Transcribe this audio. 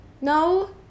No